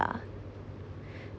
ah